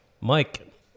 Mike